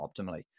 optimally